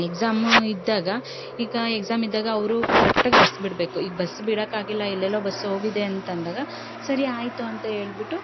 exam ಇದ್ದಾಗ ಈಗ exam ಇದ್ದಾಗ ಅವರು ಕರೆಕ್ಟಾಗಿ ಬಸ್ ಬಿಡಬೇಕು ಈ ಬಸ್ ಬಿಡೋಕಾಗಿಲ್ಲ ಎಲ್ಲೆಲ್ಲೋ ಬಸ್ ಹೋಗಿದೆ ಅಂತಂದಾಗ ಸರಿ ಆಯಿತು ಅಂತ ಹೇಳ್ಬಿಟ್ಟು